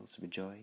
rejoice